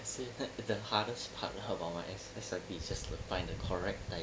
said that the hardest part of my S_I_P is just to find the correct time